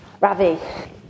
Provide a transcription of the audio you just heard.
Ravi